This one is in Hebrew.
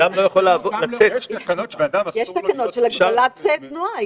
יש תקנות של הגבלת תנועה.